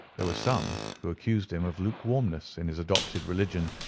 there were some who accused him of lukewarmness in his adopted religion,